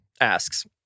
asks